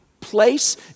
place